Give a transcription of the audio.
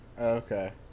Okay